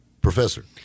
professor